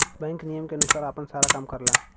bank नियम के अनुसार आपन सारा काम करला